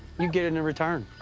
you get it in return.